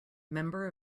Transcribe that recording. member